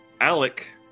alec